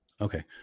okay